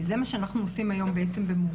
זה מה שאנחנו עושים היום במאוחדת.